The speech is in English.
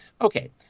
Okay